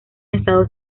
estado